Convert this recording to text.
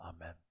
Amen